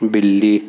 बिल्ली